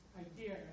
idea